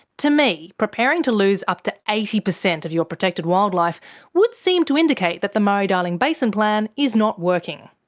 to me, preparing to lose up to eighty percent of your protected wildlife would seem to indicate that the murray-darling basin plan is not working.